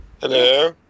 Hello